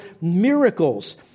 miracles